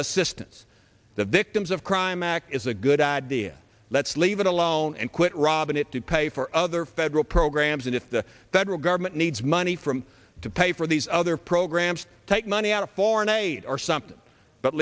assistance the victims of crime act is a good idea let's leave it alone and quit robin it to pay for other federal programs and if the that rule government needs money from to pay for these other programs take money out of foreign aid or something but